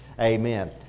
amen